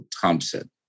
Thompson